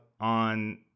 on